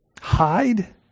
hide